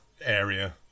area